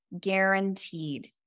guaranteed